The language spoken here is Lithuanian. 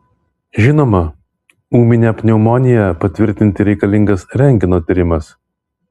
žinoma ūminę pneumoniją patvirtinti reikalingas rentgeno tyrimas